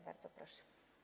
Bardzo proszę.